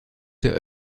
der